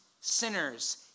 sinners